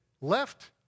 left